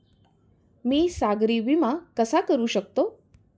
मी सागरी विमा कसा करू शकतो?